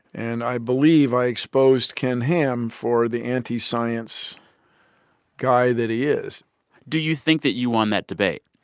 and i believe i exposed ken ham for the anti-science guy that he is do you think that you won that debate?